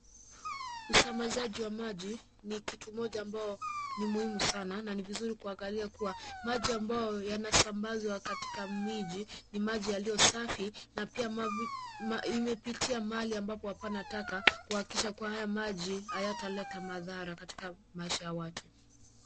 Usambazaji wa maji ni kitu moja ambao ni muhimu sana na vizuri kuangalia kuwa maji ambao yanasambazwa katika miji ni maji yaliyo safi na pia imepitia mahali ambapo hapana taka kuhakikisha kuwa haya maji hayataleta madhara katika maisha ya watu.